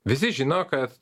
visi žino kad